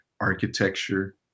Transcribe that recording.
architecture